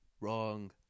wrong